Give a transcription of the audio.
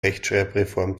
rechtschreibreform